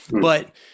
but-